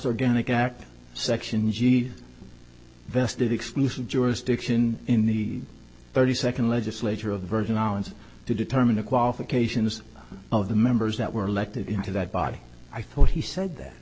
organic act section g vested exclusive jurisdiction in the thirty second legislature of the virgin islands to determine the qualifications of the members that were elected into that body i thought he said that